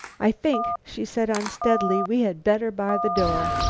i think, she said unsteadily, we had better bar the door.